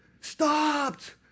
stopped